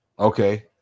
Okay